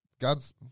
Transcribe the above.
God's